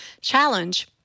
challenge